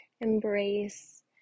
embrace